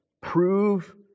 prove